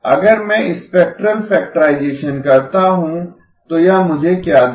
अगर मैं spectral factorization करता हूं तो यह मुझे क्या देगा